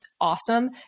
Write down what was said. awesome